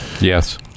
Yes